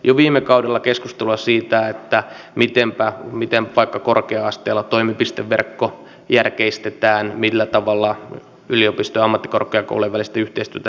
jo viime kaudella käytiin keskustelua siitä miten vaikka korkea asteella toimipisteverkko järkeistetään millä tavalla yliopistojen ja ammattikorkeakoulujen välistä yhteistyötä lisätään